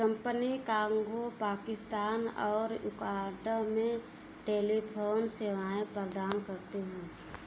company Congo Pakistan और उकहाटा में टेलीफोन सेवाएँ प्रदान करते हैं